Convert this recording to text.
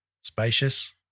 spacious